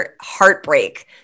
heartbreak